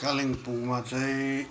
कालिम्पोङमा चाहिँ